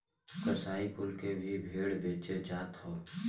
कसाई कुल के भी भेड़ बेचे जात हौ